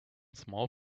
small